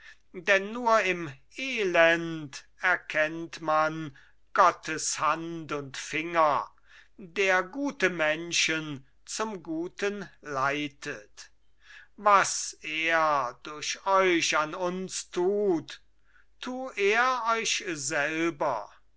denn nur im elend erkennt man gottes hand und finger der gute menschen zum guten leitet was er durch euch an uns tut tu er euch selber